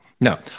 No